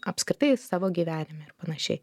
apskritai savo gyvenime ir panašiai